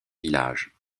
village